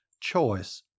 choice